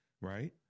right